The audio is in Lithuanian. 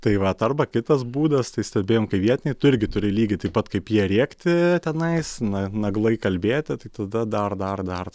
tai vat arba kitas būdas tai stebėjom kai vietiniai tu irgi turi lygiai taip pat kaip jie rėkti tenais na naglai kalbėti tai tada dar dar dar